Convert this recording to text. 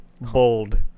Bold